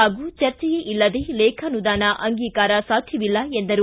ಪಾಗೂ ಚರ್ಚೆಯೇ ಇಲ್ಲದೇ ಲೇಖಾನುದಾನ ಅಂಗೀಕಾರ ಸಾಧ್ಯವಿಲ್ಲ ಎಂದರು